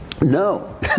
no